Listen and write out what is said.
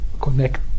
connect